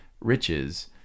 riches